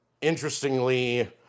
interestingly